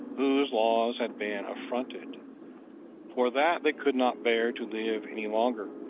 whose laws had been affronted for that they could not bear to live any longer,